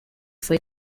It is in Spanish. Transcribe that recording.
fue